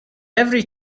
every